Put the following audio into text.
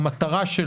היום